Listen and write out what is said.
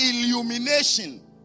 illumination